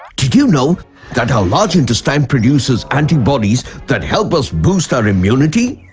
did you know that our large intestine produces. antibodies that helps us boost our immunity?